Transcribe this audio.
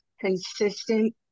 consistent